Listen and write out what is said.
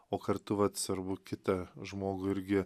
o kartu vat sarbu kitą žmogų irgi